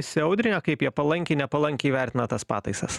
įsiaudrinę kaip jie palankiai nepalankiai vertina tas pataisas